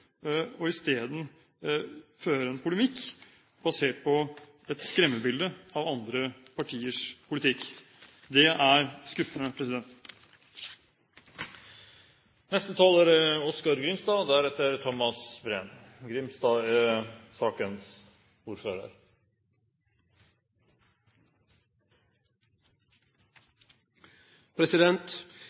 og isteden føre en polemikk basert på et skremmebilde av andre partiers politikk. Det er skuffende.